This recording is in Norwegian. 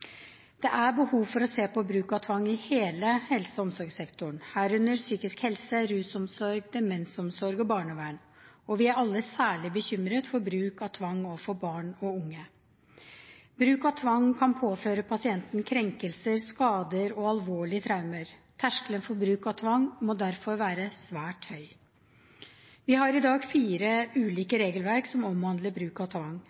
Det er behov for å se på bruk av tvang i hele helse- og omsorgssektoren, herunder psykisk helse, rusomsorg, demensomsorg og barnevern. Vi er alle særlig bekymret for bruk av tvang overfor barn og unge. Bruk av tvang kan påføre pasienten krenkelser, skader og alvorlige traumer. Terskelen for bruk av tvang må derfor være svært høy. Vi har i dag fire ulike regelverk som omhandler bruk av tvang.